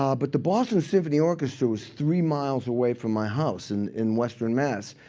um but the boston symphony orchestra was three miles away from my house and in western mass.